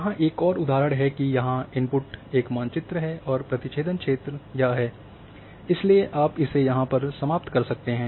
यहां एक और उदाहरण है कि यहाँ इनपुट एक मानचित्र है और प्रतिछेदन क्षेत्र यह है इसलिए आप इसे यहाँ पर समाप्त कर सकते हैं